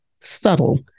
subtle